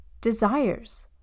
desires